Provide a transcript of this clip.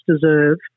deserve